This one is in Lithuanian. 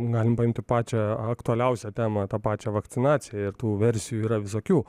galim paimti pačią aktualiausią temą tą pačią vakcinaciją ir tų versijų yra visokių